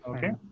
Okay